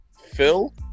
Phil